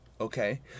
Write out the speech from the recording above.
okay